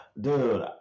Dude